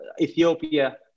Ethiopia